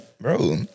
bro